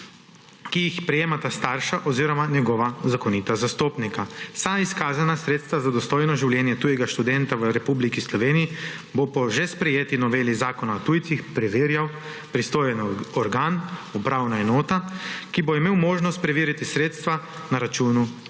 ki jih prejemata starša oziroma njegova zakonita zastopnika. Vsa izkazana sredstva za dostojno življenje tujega študenta v Republiki Sloveniji bo po že sprejeti noveli Zakona o tujcih preverjal pristojni organ, upravna enota, ki bo imel možnost preveriti sredstva na računu staršev